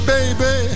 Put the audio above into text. Baby